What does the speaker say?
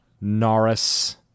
Norris